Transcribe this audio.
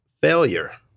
failure